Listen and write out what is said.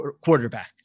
quarterback